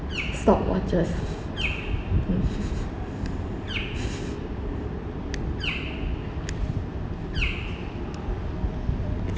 stock watches mm